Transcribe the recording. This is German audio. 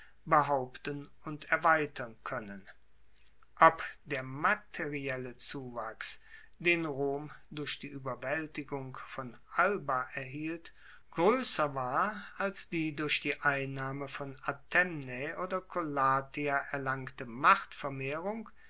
behaupten und erweitern koennen ob der materielle zuwachs den rom durch die ueberwaeltigung von alba erhielt groesser war als die durch die einnahme von antemnae oder collatia erlangte